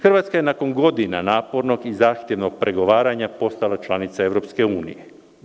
Hrvatska je nakon godina napornog i zahtevnog pregovaranja postala članica Evropske unije.